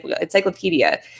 encyclopedia